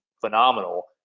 phenomenal